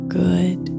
good